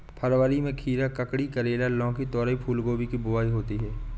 फरवरी में खीरा, ककड़ी, करेला, लौकी, तोरई, फूलगोभी की बुआई होती है